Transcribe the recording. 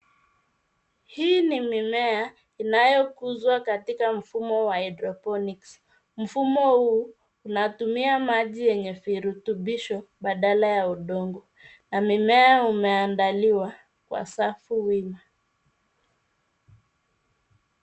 Hii ni mimea inayo kuzwa katika mfumo wa hydroponics. Mfumo huu unatumia maji yenye virutubisho badala ya udongo na mimea umeandaliwa kwa safu wima.